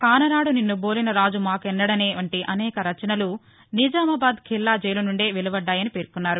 కానరాడు నిన్ను బోలిన రాజు మాకెన్నదేని వంటి అనేక రచనలు నిజామాబాద్ ఖిల్లా జైలు నుండే వెలుబడ్దాయని పేర్కొన్నారు